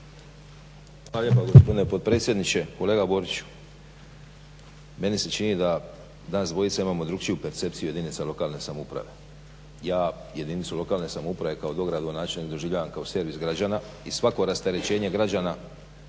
Hvala lijepo gospodine potpredsjedniče. Kolega Boriću meni se čini da nas dvojica imamo drukčiju percepciju jedinica lokalne samouprave. Ja jedinicu lokalne samouprave kao dogradonačelnik doživljavam kao servis građana i svako rasterećenje građana